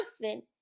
person